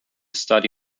study